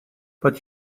but